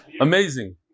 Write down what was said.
Amazing